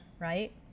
right